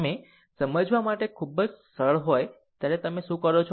તમે સમજવા માટે ખૂબ જ સરળ હોય ત્યારે તમે તે શું કરો છો